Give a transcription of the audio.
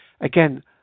again